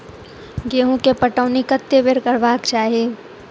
गेंहूँ केँ पटौनी कत्ते बेर करबाक चाहि?